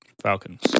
Falcons